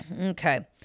Okay